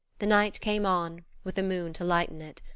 the night came on, with the moon to lighten it.